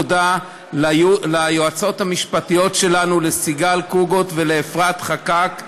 ליועצות המשפטיות סיגל קוגוט ואפרת חקאק.